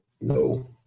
No